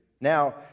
Now